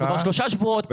אנחנו כבר שלושה שבועות פה,